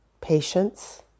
patience